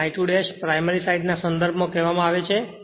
તેથી I2 એ તેને પ્રાઇમરી સાઇડના સંદર્ભમાં કહેવામા આવે છે